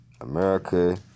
America